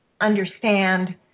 understand